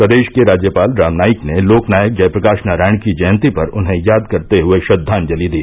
प्रदेश के राज्यपाल राम नाईक ने लोकनायक जयप्रकाश नारायण की जयंती पर उन्हें याद करते हए श्रद्वाजंति दी